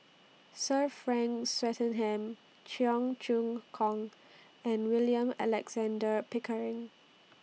Sir Frank Swettenham Cheong Choong Kong and William Alexander Pickering